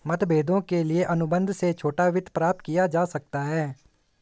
मतभेदों के लिए अनुबंध से छोटा वित्त प्राप्त किया जा सकता है